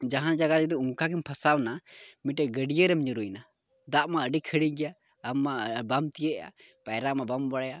ᱡᱟᱦᱟᱸ ᱡᱟᱭᱜᱟ ᱡᱩᱫᱤ ᱚᱱᱠᱟ ᱜᱮᱢ ᱯᱷᱟᱥᱟᱣᱱᱟ ᱢᱤᱫᱴᱮᱡ ᱜᱟᱹᱰᱤᱭᱟᱹ ᱨᱮᱢ ᱧᱩᱨᱦᱩᱭᱱᱟ ᱫᱟᱜᱢᱟ ᱟᱹᱰᱤ ᱠᱷᱟᱹᱲᱤ ᱜᱮᱭᱟ ᱟᱢ ᱵᱟᱢ ᱛᱤᱭᱟᱹᱜᱮᱜᱼᱟ ᱯᱟᱭᱨᱟ ᱦᱚᱸ ᱵᱟᱢ ᱵᱟᱲᱟᱭᱟ